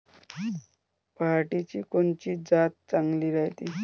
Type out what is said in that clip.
पऱ्हाटीची कोनची जात चांगली रायते?